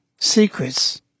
secrets